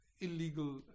illegal